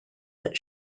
that